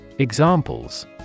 examples